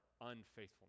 unfaithfulness